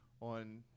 on